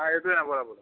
काहीच नाही बोला